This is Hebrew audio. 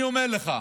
אני אומר לך,